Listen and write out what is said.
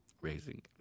raising